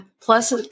Plus